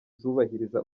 zubahiriza